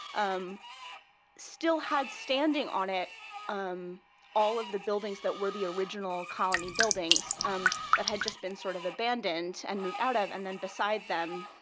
um still had standing on it um all of the buildings that were the original colony buildings um that had just been sort of abandoned and moved out of. and then beside them,